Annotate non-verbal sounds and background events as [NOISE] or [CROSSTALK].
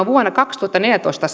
[UNINTELLIGIBLE] vuonna kaksituhattaneljätoista [UNINTELLIGIBLE]